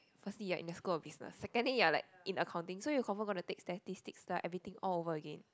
firstly you are in school of business secondly you are like in accounting so you confirm gonna take statistics lah everything all over again